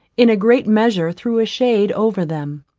in a great measure threw a shade over them.